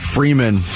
Freeman